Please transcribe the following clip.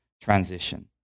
transition